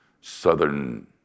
southern